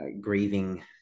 grieving